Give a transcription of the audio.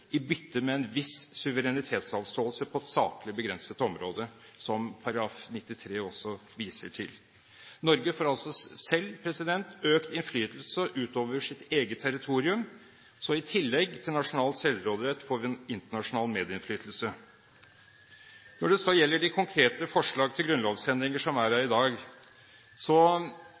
i bytte med en viss suverenitetsavståelse på et saklig begrenset område, som § 93 også viser til. Norge får selv økt innflytelse utover sitt eget territorium. I tillegg til nasjonal selvråderett får vi en internasjonal medinnflytelse. Når det så gjelder de konkrete forslagene til grunnlovsendringer som vi behandler i dag,